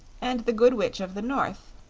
and the good witch of the north.